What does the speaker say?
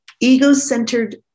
Ego-centered